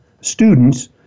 students